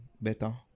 better